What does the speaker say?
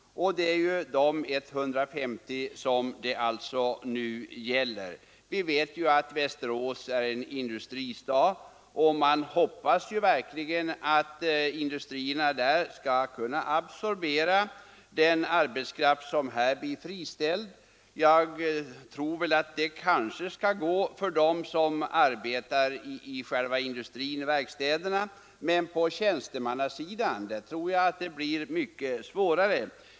Det är dessa 150 personer som det nu gäller. Västerås är en industristad, och vi hoppas att industrierna där skall kunna absorbera den arbetskraft som blir friställd genom nedläggningen. Det tror jag också kan gå för dem som arbetar i den egentliga industrin, alltså i verkstäderna, men på tjänstemannasidan blir det säkerligen mycket svårare.